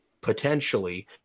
potentially